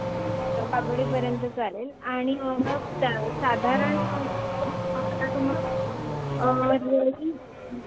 बरं पापडीपर्यंत चालेल आणि ह मग त्या साधारण